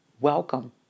Welcome